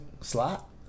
slot